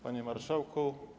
Panie Marszałku!